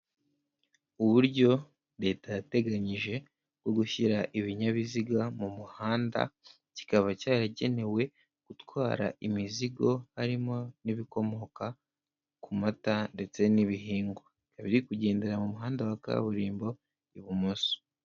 Uburyo leta yateganyije bwo gushyira ibinyabiziga mu muhanda kikaba cyaragenewe gutwara imizigo harimo n'ibikomoka ku mata ndetse n'ibihingwa biri kugendera mu muhanda wa kaburimbo ibumoso.